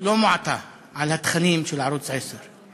לא מועטה על התכנים של ערוץ 10,